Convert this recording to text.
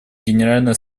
генеральной